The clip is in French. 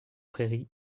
prairies